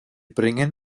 bringen